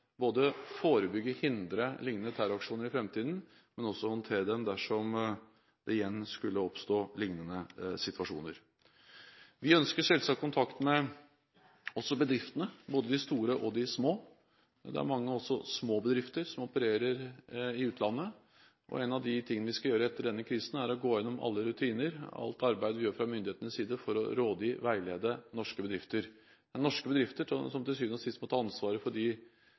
forebygge og hindre lignende terroraksjoner i framtiden, men også håndtere dem dersom det igjen skulle oppstå lignende situasjoner. Vi ønsker selvsagt kontakt også med bedriftene, både de store og de små. Det er også mange små bedrifter som opererer i utlandet. En av de tingene vi skal gjøre etter denne krisen, er å gå gjennom alle rutiner og alt arbeid vi gjør fra myndighetenes side for å rådgi og veilede norske bedrifter. Det er norske bedrifter som til syvende og sist må ta ansvaret for de